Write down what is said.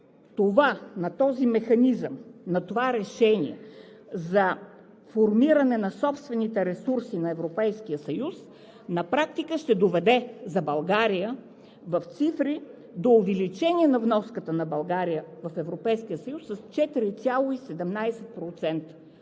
това, на този механизъм, на това решение за формиране на собствените ресурси на Европейския съюз, на практика ще доведе за България в цифри до увеличение на вноската на България в Европейския съюз с 4,17%